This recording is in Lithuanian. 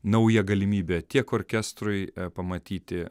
nauja galimybė tiek orkestrui pamatyti